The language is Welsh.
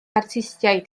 artistiaid